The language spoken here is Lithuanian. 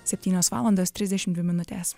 septynios valandos trisdešimt dvi minutės